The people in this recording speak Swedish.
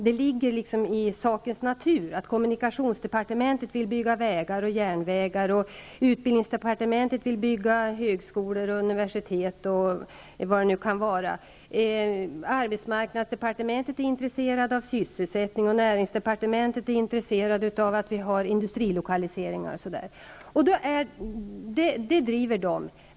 Det ligger liksom i sakens natur att kommunikations departementet vill bygga vägar och järnvägar, ut bildningsdepartementet vill bygga t.ex. högskolor och universitet, arbetsmarknadsdepartementet är intresserat av sysselsättning och näringsdeparte mentet är intresserat av industrilokaliseringar. Dessa frågor drivs av de departementen.